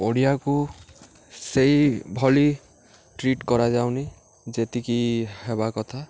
ଓଡ଼ିଆକୁ ସେଇ ଭଳି ଟ୍ରିଟ୍ କରାଯାଉନି ଯେତିକି ହେବା କଥା